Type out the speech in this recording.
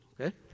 Okay